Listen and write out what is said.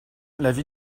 l’avis